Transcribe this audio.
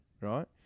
right